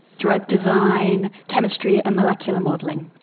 drug design, chemistry and molecular modelling.